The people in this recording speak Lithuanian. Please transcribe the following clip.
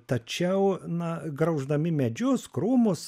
tačiau na grauždami medžius krūmus